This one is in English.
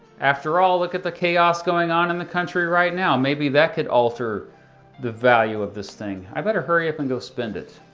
after all, look at that chaos going on in the country right now. maybe that could alter the value of this thing. i better hurry up and go spend it.